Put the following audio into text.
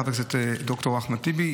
חבר הכנסת ד"ר אחמד טיבי,